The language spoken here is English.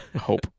hope